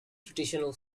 traditional